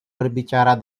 berbicara